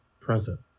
present